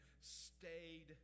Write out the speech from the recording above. stayed